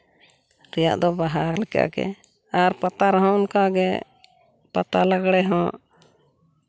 ᱨᱮᱭᱟᱜ ᱫᱚ ᱚᱵᱟᱦᱟ ᱞᱮᱠᱟᱜᱮ ᱟᱨ ᱯᱟᱛᱟ ᱨᱮᱦᱚᱸ ᱚᱱᱠᱟ ᱜᱮ ᱯᱟᱛᱟ ᱞᱟᱜᱽᱬᱮ ᱦᱚᱸ